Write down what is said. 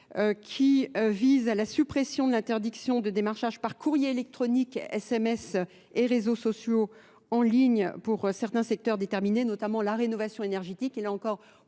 qui vise à la suppression de l'interdiction de démarchage par courrier électronique, SMS et réseaux sociaux en ligne pour certains secteurs déterminés, notamment la rénovation énergétique.